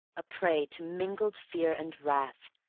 a prey to mingled fear and wrath,